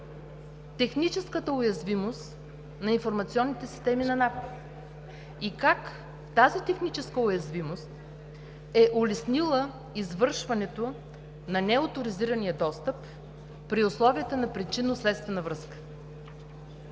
техническата уязвимост на информационните системи на НАП и как тази техническа уязвимост е улеснила извършването на неоторизирания достъп при условията на причинно-следствена връзка.